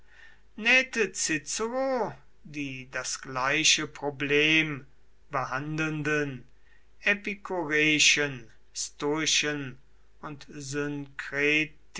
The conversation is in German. die das gleiche problem behandelnden epikureischen stoischen und